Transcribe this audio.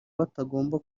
batagomba